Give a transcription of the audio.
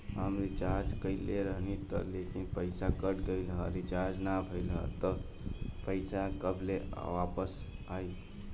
हम रीचार्ज कईले रहनी ह लेकिन पईसा कट गएल ह रीचार्ज ना भइल ह और पईसा कब ले आईवापस?